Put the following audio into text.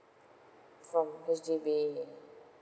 from H_D_B